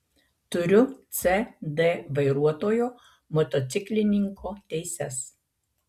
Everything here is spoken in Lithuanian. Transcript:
turiu c d vairuotojo motociklininko teises